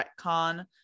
retcon